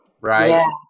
Right